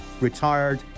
retired